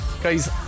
guys